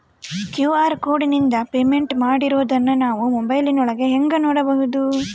QR ಕೋಡಿಂದ payment ಮಾಡಿರೋದನ್ನ ನಾವು ಮೊಬೈಲಿನೊಳಗ ಹೆಂಗ ನೋಡಬಹುದು?